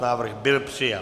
Návrh byl přijat.